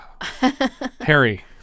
Harry